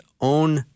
own